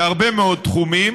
ועוד איך צודקת,